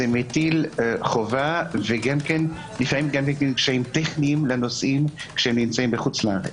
זה מטיל חובה ולפעמים קשיים טכניים לנוסעים כשנמצאים בחו"ל.